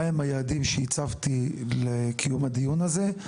מהם היעדים שהצבתי לקיום הדיון הזה,